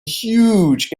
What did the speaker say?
huge